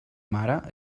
mare